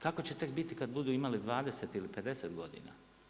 Kako će tek biti kad budu imali 20 ili 50 godina?